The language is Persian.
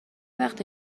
وقته